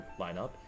lineup